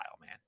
man